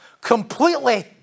completely